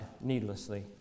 needlessly